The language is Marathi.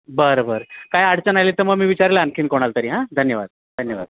बरं बरं काय अडचण आले तर मग मी विचारलं आणखीन कोणाला तरी हां धन्यवाद धन्यवाद